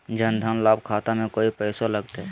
जन धन लाभ खाता में कोइ पैसों लगते?